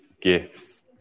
gifts